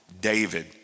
David